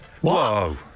Whoa